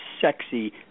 sexy